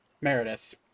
Meredith